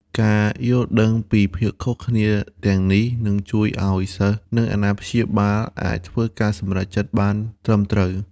ការយល់ដឹងពីភាពខុសគ្នាទាំងនេះនឹងជួយឱ្យសិស្សនិងអាណាព្យាបាលអាចធ្វើការសម្រេចចិត្តបានត្រឹមត្រូវ។